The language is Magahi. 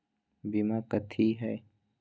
बीमा कथी है?